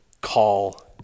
call